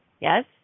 Yes